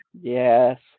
Yes